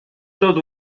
todo